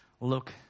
look